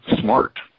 smart